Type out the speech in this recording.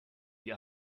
die